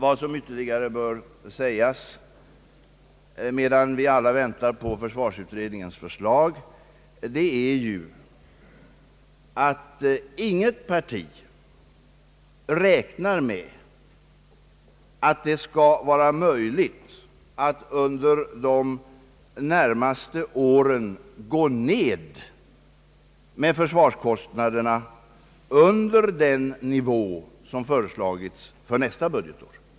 Vad som ytterligare bör framhållas medan vi alla väntar på försvarsutredningens förslag är att inget parti räknar med att det skall vara möjligt att under de närmaste åren nedbringa försvarskostnaderna under den nivå som föreslagits för nästa budgetår.